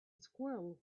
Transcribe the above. squirrel